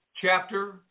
chapter